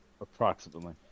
Approximately